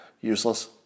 Useless